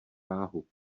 váhu